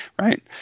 right